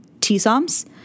T-SOMs